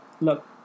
look